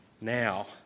now